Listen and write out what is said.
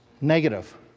Negative